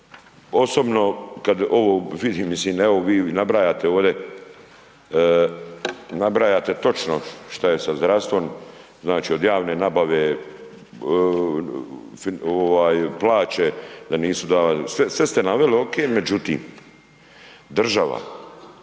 Osobno kad ovo vidim, mislim, evo, vi nabrajate ovdje, nabrajate točno što je sa zdravstvom, znači od javne nabave, plaće da nisu, sve ste naveli, ok, međutim, država.